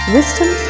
Wisdom